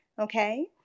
okay